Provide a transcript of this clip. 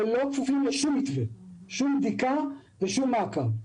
שהם לא כפופים לשום מתווה, לשום בדיקה ולשום מעקב.